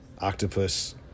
octopus